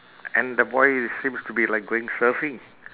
and the boy it seems to be like going surfing